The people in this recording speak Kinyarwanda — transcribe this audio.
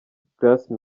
grace